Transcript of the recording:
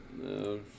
No